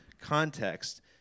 context